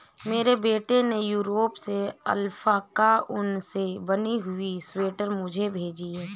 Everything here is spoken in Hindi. मेरे बेटे ने यूरोप से अल्पाका ऊन से बनी हुई स्वेटर मुझे भेजी है